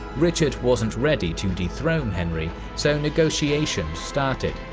richard wasn't ready to dethrone henry, so negotiations started,